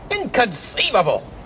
Inconceivable